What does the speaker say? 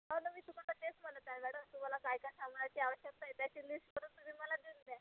हो ना मी तुम्हाला तेच म्हणत आहे मॅडम तुम्हाला काय काय सामानाची आवश्यकता आहे त्याची लिस्ट बनवून तुम्ही मला देऊन द्या